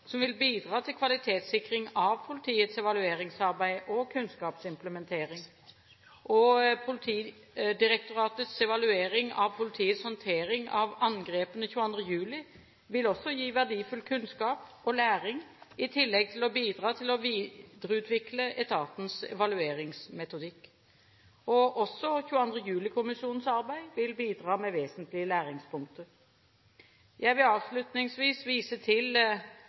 som vil bidra til kvalitetssikring av politiets evalueringsarbeid og kunnskapsimplementering. Politidirektoratets evaluering av politiets håndtering av angrepene 22. juli vil også gi verdifull kunnskap og læring i tillegg til å bidra til å videreutvikle etatens evalueringsmetodikk. Også 22. juli-kommisjonens arbeid vil bidra med vesentlige læringspunkter. Jeg vil avslutningsvis vise til